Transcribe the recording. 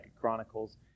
Chronicles